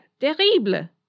terrible